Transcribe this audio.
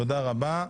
תודה רבה.